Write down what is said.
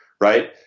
right